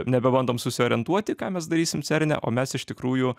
nebebandom susiorientuoti ką mes darysim cerne o mes iš tikrųjų